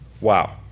Wow